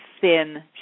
thin